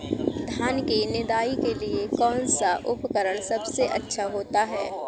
धान की निदाई के लिए कौन सा उपकरण सबसे अच्छा होता है?